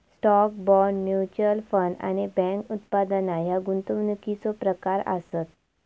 stock, bond, mutual fund आणि bank उत्पादना ह्या गुंतवणुकीचो प्रकार आसत